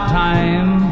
time